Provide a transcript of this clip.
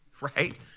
right